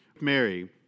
Mary